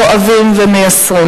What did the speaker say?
כואבים ומייסרים,